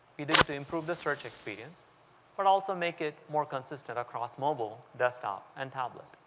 we did it to improve the search experience but also make it more consistent across mobile desktop and tablet.